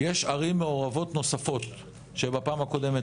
יש ערים מעורבות נוספות שבפעם הקודמת